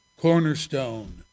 cornerstone